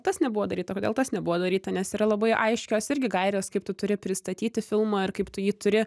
tas nebuvo daryta kodėl tas nebuvo daryta nes yra labai aiškios irgi gairės kaip tu turi pristatyti filmą ir kaip tu jį turi